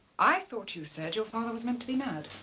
i thought you said your father was meant to be mad.